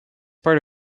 part